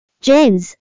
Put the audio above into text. James